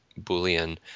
Boolean